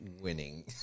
winning